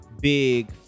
big